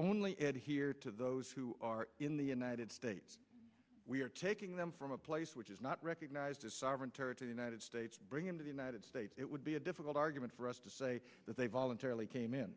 only add here to those who are in the united states we are taking them from a place which is not recognized as sovereign territory united states bring him to the united states it would be a difficult argument for us to say that they voluntarily came in